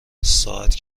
ساعت